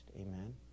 Amen